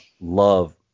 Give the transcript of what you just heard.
love